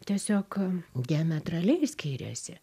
tiesiog jie natūraliai skyrėsi